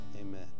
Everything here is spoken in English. Amen